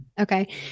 Okay